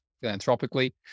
philanthropically